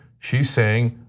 she's saying,